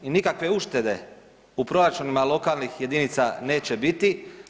I nikakve uštede u proračunima lokalnih jedinica neće biti.